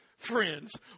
friends